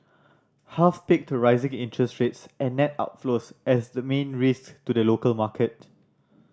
half picked rising interest rates and net outflows as the main risk to the local market